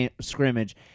scrimmage